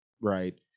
right